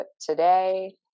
today